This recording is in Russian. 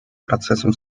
процессом